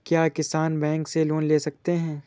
क्या किसान बैंक से लोन ले सकते हैं?